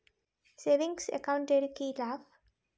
Savings account এর কি লাভ?